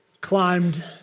climbed